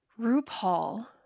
RuPaul